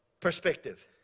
perspective